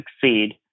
succeed